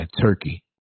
turkey